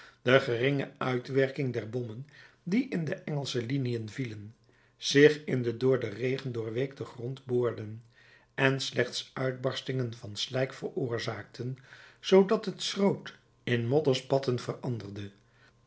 de geringe uitwerking der bommen die in de engelsche liniën vielen zich in den door den regen doorweekten grond boorden en slechts uitbarstingen van slijk veroorzaakten zoodat het schroot in modderspatten